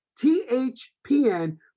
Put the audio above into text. THPN